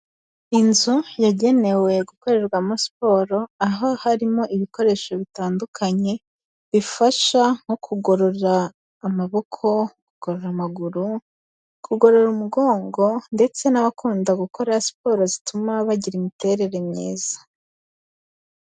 Inzu yagenewe gukorerwamo siporo, aho harimo ibikoresho bitandukanye, bifasha nko kugorora amaboko, kugorora amaguru, kugorora umugongo ndetse n'abakunda gukora siporo zituma bagira imiterere myiza.